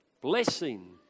blessing